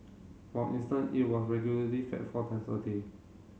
for instance it was regularly fed four times a day